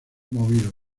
movido